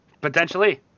Potentially